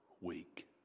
week